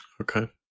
okay